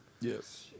Yes